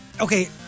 Okay